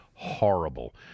horrible